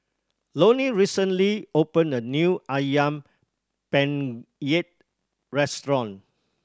Lonny recently opened a new Ayam Penyet restaurant